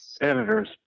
editors